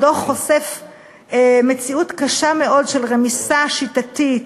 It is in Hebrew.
הדוח חושף מציאות קשה מאוד של רמיסה שיטתית,